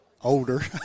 older